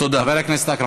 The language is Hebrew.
תודה.